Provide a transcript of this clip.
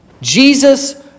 Jesus